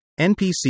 NPC